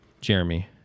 Jeremy